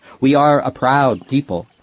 we are a proud people!